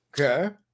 Okay